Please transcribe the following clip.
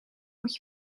moet